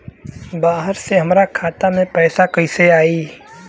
बाहर से हमरा खाता में पैसा कैसे आई?